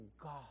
God